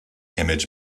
image